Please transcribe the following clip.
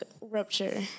rupture